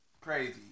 crazy